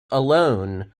alone